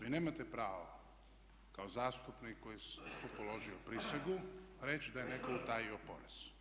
Vi nemate pravo kao zastupnik koji je tu položio prisegu reći da je netko utajio porez.